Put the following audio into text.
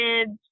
kids